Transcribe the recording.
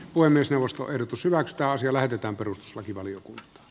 puhemiesneuvosto ehdotus hyväksytä asia lähetetään perustuslakivaliokun